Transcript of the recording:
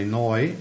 noi